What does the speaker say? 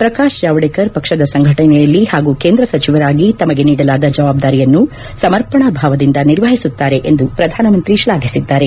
ಪ್ರಕಾಶ್ ಜಾವಡೇಕರ್ ಅವರು ಪಕ್ಷದ ಸಂಘಟನೆಯಲ್ಲಿ ಹಾಗೂ ಕೇಂದ್ರ ಸಚಿವರಾಗಿ ತಮಗೆ ನೀಡಲಾದ ಜವಾಬ್ಲಾರಿಯನ್ನು ಸಮರ್ಪಣಾ ಭಾವದಿಂದ ನಿರ್ವಹಿಸುತ್ತಾರೆ ಎಂದು ಪ್ರಧಾನಮಂತ್ರಿ ಶ್ಲಾಘಿಸಿದ್ದಾರೆ